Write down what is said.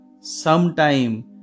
sometime